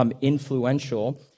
influential